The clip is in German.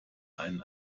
einen